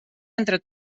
entre